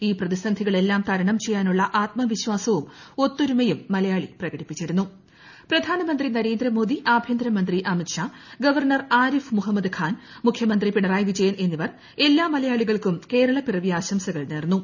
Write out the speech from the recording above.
ഈ പ്രതിസ്ന്ധികളെല്ലാം തരണം ചെയ്യാനുള്ള ആത്മവിശ്വാസവും പ്രധാനമന്ത്രി നരേന്ദ്രമോഴി ആഭ്യന്തരമന്ത്രി അമിത്ഷാ ഗവർണർ ആരിഫ് മുഹമ്മദ് ഖാൻ മുഖ്യമന്ത്രി പിണറായി വിജയൻ എന്നിവർ എല്ലാ മലയാളികൾക്കും കേരളപ്പിറവി ആശംസകൾ നേർന്നു